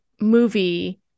movie